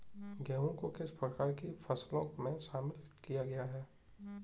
गेहूँ को किस प्रकार की फसलों में शामिल किया गया है?